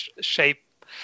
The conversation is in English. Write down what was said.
shape